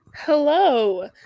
Hello